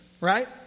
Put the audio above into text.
right